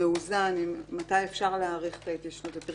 נסחי איך שאת רוצה.